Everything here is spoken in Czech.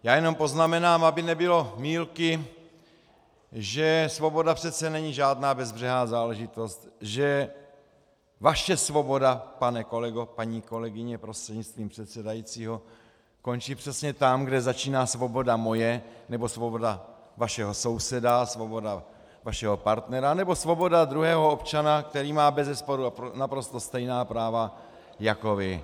Já jenom poznamenám, aby nebylo mýlky, že svoboda přece není žádná bezbřehá záležitost, že vaše svoboda, pane kolego, paní kolegyně prostřednictvím předsedajícího, končí přesně tam, kde začíná svoboda moje nebo svoboda vašeho souseda, svoboda vašeho partnera nebo svoboda druhého občana, který má bezesporu naprosto stejná práva jako vy.